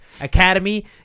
Academy